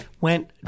went